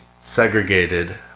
segregated